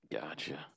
Gotcha